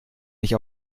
nicht